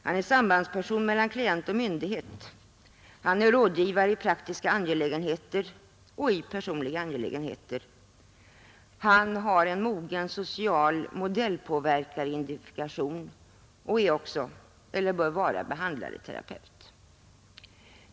Han är sambandsperson mellan klient och myndighet. Han är rådgivare i praktiska och personliga angelägenheter. Han har en mogen social modellpåverkaridentifikation och är också, eller bör vara, behandlarterapeut.